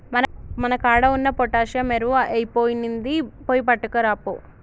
మన కాడ ఉన్న పొటాషియం ఎరువు ఐపొయినింది, పోయి పట్కరాపో